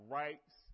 rights